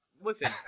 listen